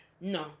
No